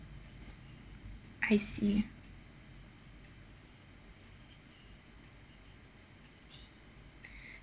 I see